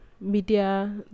media